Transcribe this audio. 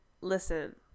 listen